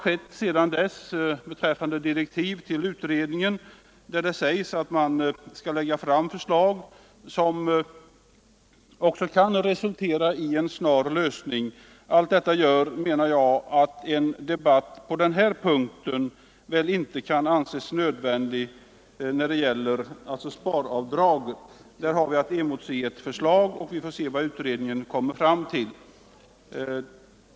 I direktiv till utredningen sägs att man skall lägga fram förslag som också kan resultera i en snar lösning. Allt detta gör, menar jag, att en debatt om sparavdragen inte är nödvändig. Där har vi att emotse ett förslag, och vi får se vad utredningen kommer fram till.